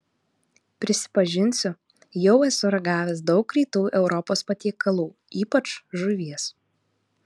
prisipažinsiu jau esu ragavęs daug rytų europos patiekalų ypač žuvies